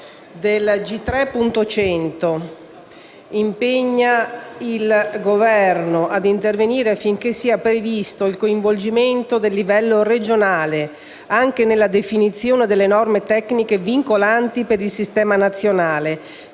del Senato, impegna il Governo: ad intervenire affinché sia previsto il coinvolgimento del livello regionale anche nella definizione delle norme tecniche vincolanti per il Sistema nazionale,